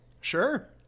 Sure